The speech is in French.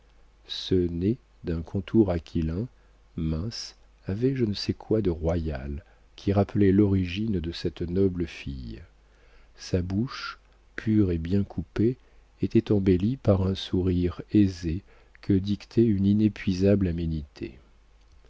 ce nez d'un contour aquilin mince avait je ne sais quoi de royal qui rappelait l'origine de cette noble fille sa bouche pure et bien coupée était embellie par un sourire aisé que dictait une inépuisable